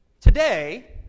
Today